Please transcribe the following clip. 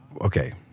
okay